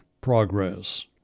progress